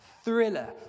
Thriller